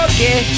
Okay